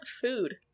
food